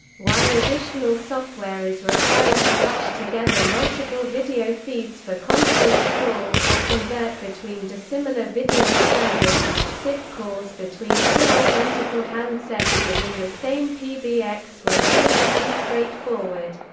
while additional software is required to patch together multiple video feeds for conference calls or convert between dissimilar video standards, sip calls between two identical handsets within the same pbx were relatively straightforward.